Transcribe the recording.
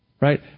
right